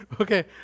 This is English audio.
Okay